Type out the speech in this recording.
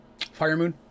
Firemoon